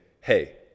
hey